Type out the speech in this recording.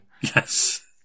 Yes